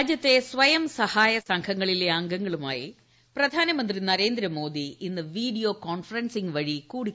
രാജ്യത്തെ സ്വയംസഹായ സംഘങ്ങളിലെ അംഗങ്ങളുമായി പ്രധാനമന്ത്രി നരേന്ദ്രമോദി ഇന്ന് വീഡിയോ കോൺഫെറൻസിംഗ് വഴി കൂടിക്കാഴ്ച നടത്തും